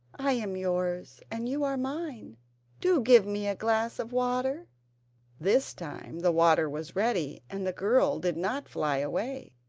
i am yours and you are mine do give me a glass of water this time the water was ready and the girl did not fly away,